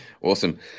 Awesome